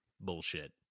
Bullshit